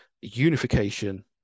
unification